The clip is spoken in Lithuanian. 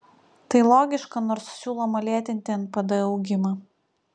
tai logiška nors siūloma lėtinti npd augimą